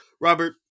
Robert